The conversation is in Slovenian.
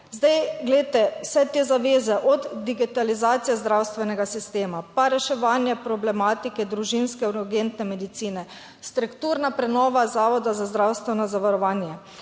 ena. Glejte, vse te zaveze od digitalizacije zdravstvenega sistema, pa reševanje problematike družinske in urgentne medicine, strukturna prenova Zavoda za zdravstveno zavarovanje,